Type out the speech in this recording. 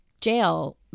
jail